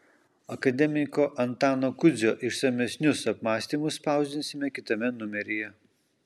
akademiko antano kudzio išsamesnius apmąstymus spausdinsime kitame numeryje